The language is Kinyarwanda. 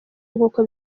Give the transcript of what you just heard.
nk’uko